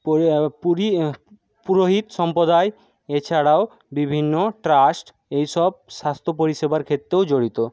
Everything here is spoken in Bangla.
পুরি পুরোহিত সম্পদায় এছাড়াও বিভিন্ন ট্রাস্ট এ ইসব স্বাস্থ্য পরিষেবার ক্ষেত্রেও জড়িত